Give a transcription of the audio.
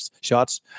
shots